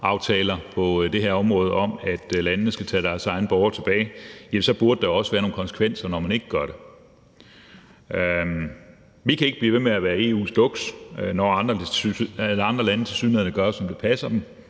rammeaftaler på det her område, med hensyn til at landene skal tage deres egne borgere tilbage, også være nogle konsekvenser, når man ikke gør det. Vi kan ikke blive ved med at være EU's duks, når andre lande tilsyneladende gør, som det passer dem.